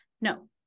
no